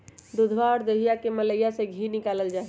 दूधवा और दहीया के मलईया से धी निकाल्ल जाहई